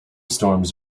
storms